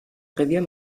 revier